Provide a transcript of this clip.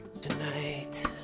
tonight